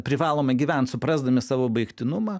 privalome gyvent suprasdami savo baigtinumą